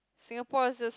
Singapore is just